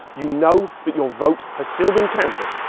you know that your vote has still been counted,